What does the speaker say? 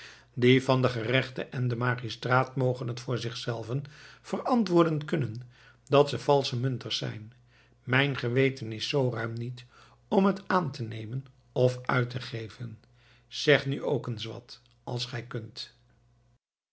die van den gerechte en den magistraat mogen het voor zichzelven verantwoorden kunnen dat ze valsche munters zijn mijn geweten is zoo ruim niet om het aan te nemen of uit te geven zeg nu ook eens wat als gij kunt